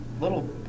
little